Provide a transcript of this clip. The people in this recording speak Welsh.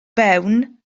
fewn